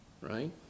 right